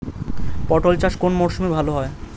পটল চাষ কোন মরশুমে ভাল হয়?